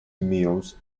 mills